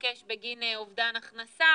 יבקש בגין אובדן הכנסה